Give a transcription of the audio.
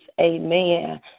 amen